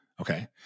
Okay